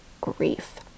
grief